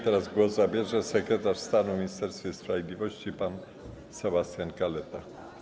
Teraz głos zabierze sekretarz stanu w Ministerstwie Sprawiedliwości pan Sebastian Kaleta.